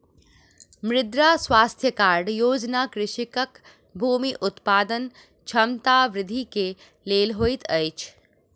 मृदा स्वास्थ्य कार्ड योजना कृषकक भूमि उत्पादन क्षमता वृद्धि के लेल होइत अछि